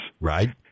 Right